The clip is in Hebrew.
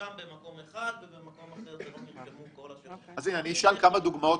שנרשם במקום אחד ובמקום אחר -- אני אשאל כמה דוגמאות